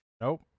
Nope